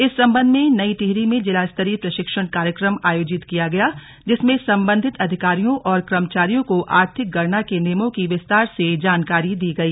इस संबंध में नई टिहरी में जिला स्तरीय प्रशिक्षण कार्यक्रम आयोजित किया गया जिसमें सम्बन्धित अधिकारियों और कर्मचारियों को आर्थिक गणना के नियमों कि विस्तार से जानकारी दी गयी